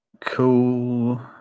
Cool